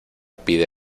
pide